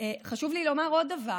חשוב לי לומר עוד דבר: